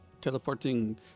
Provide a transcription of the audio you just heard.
teleporting